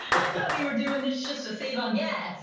that we were doing this just to save on gas.